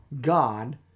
God